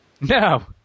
no